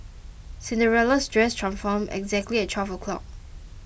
Cinderella's dress transformed exactly at twelve o'clock